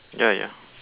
ya ya